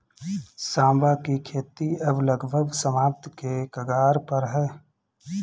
सांवा की खेती अब लगभग समाप्ति के कगार पर है